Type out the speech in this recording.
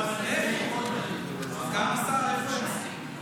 סגן השר, איפה הם מסכימים?